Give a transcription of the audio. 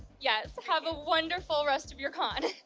yes, have a wonderful rest of your con.